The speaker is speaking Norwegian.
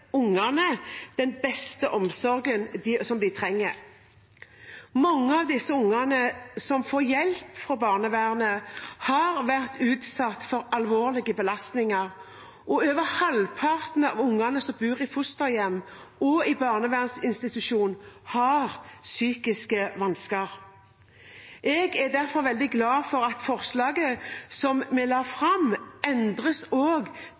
ungene den beste omsorgen, som de trenger. Mange av disse ungene som får hjelp fra barnevernet, har vært utsatt for alvorlige belastninger, og over halvparten av ungene som bor i fosterhjem og i barnevernsinstitusjon, har psykiske vansker. Jeg er derfor veldig glad for at forslaget som vi la fram, endres også til det bedre for ungene, og